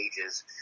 ages